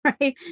right